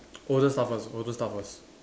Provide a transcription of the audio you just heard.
older start first older start first